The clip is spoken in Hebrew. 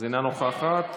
אינה נוכחת.